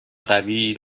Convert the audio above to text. قوی